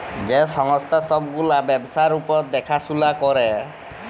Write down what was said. যে সংস্থা ছব গুলা ব্যবসার উপর দ্যাখাশুলা ক্যরে